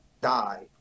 die